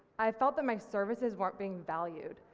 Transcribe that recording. i felt that my services weren't being valued.